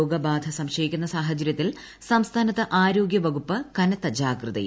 Nipah രോഗബാധ സംശയിക്കൂന്ന സാഹചരൃത്തിൽ സംസ്ഥാനത്ത് ആരോഗ്യവകുപ്പ് കനത്ത ജാഗ്രതയിൽ